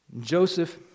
Joseph